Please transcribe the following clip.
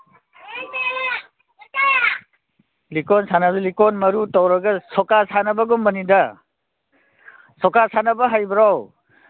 ꯂꯤꯀꯣꯟ ꯁꯥꯟꯅꯕꯗꯤ ꯂꯤꯀꯣꯟ ꯃꯔꯨ ꯇꯧꯔꯒ ꯁꯣꯀꯥ ꯁꯥꯟꯅꯕꯒꯨꯝꯕꯅꯤꯗ ꯁꯣꯀꯥ ꯁꯥꯟꯅꯕ ꯍꯩꯕ꯭ꯔꯣ